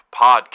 Podcast